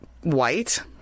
White